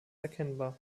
erkennbar